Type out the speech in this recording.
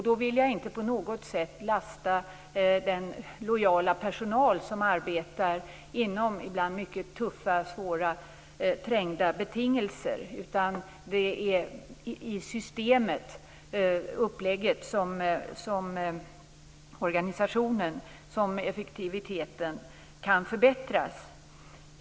Då vill jag inte på något sätt lasta den lojala personal som arbetar under ibland mycket tuffa och svåra betingelser. Det är när det gäller systemet, uppläggningen, organisationen som effektiviteten kan förbättras.